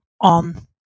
on